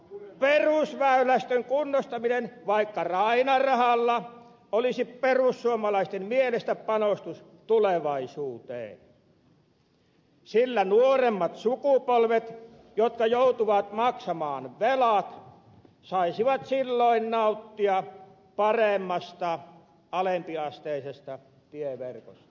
perusväylästön kunnostaminen vaikka lainarahalla olisi perussuomalaisten mielestä panostus tulevaisuuteen sillä nuoremmat sukupolvet jotka joutuvat maksamaan velat saisivat silloin nauttia paremmasta alempiasteisesta tieverkosta